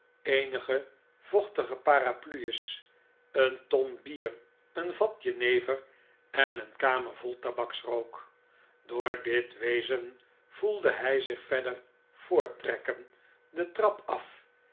eenige vochtige parapluies een ton bier een vat jenever en een kamer vol tabaksrook dpor dit wezen voelde hij zich verder voorttrekken de trap af